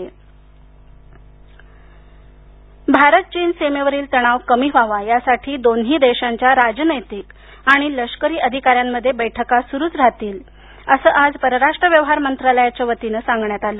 चीन भारत चीन सीमेवरील तणाव कमी व्हावा यासाठी दोन्ही देशांच्या राजनैतिक आणि लष्करी अधिकाऱ्यांमध्ये बैठका सुरूच राहतील असं आज परराष्ट्र व्यवहार मंत्रालयाच्या वतीनं सांगण्यात आलं